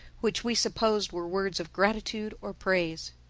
which we supposed were words of gratitude or praise.